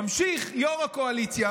ממשיך יו"ר הקואליציה,